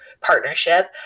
partnership